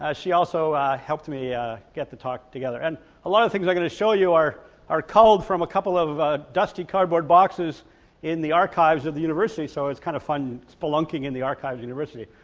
ah she also helped me get the talk together. and a lot of things i'm going to show you are are culled from a couple of dusty cardboard boxes in the archives of the university, so it's kind of fun spelunking in the archives university.